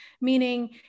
meaning